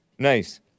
Nice